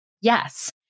Yes